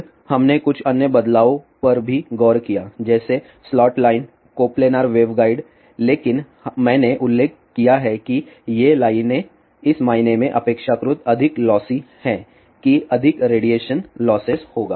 फिर हमने कुछ अन्य बदलावों पर भी गौर किया जैसे स्लॉट लाइन को प्लानर वेवगाइड लेकिन मैंने उल्लेख किया है कि ये लाइनें इस मायने में अपेक्षाकृत अधिक लॉसी हैं कि अधिक रेडिएशन लॉसेस होगा